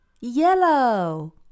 Yellow